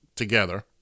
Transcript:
together